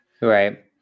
Right